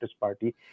party